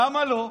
למה לא?